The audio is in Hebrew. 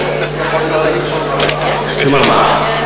ארבעה.